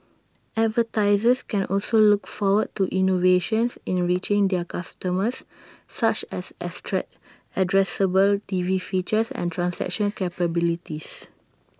advertisers can also look forward to innovations in reaching their customers such as addressable T V features and transaction capabilities